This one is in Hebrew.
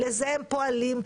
לזה הם פועלים,